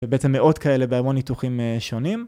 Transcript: ובעצם מאות כאלה והמון ניתוחים שונים.